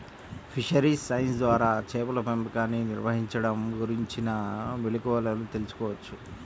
fisheries science ద్వారా చేపల పెంపకాన్ని నిర్వహించడం గురించిన మెళుకువలను తెల్సుకోవచ్చు